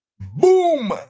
Boom